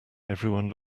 everyone